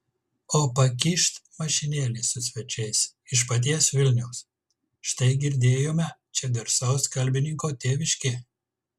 o pakyšt mašinėlė su svečiais iš paties vilniaus štai girdėjome čia garsaus kalbininko tėviškė